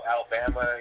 Alabama